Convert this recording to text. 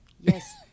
Yes